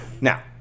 Now